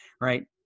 right